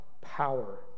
power